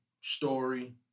Story